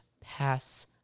Pass